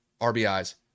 RBIs